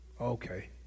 Okay